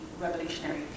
Revolutionary